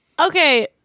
Okay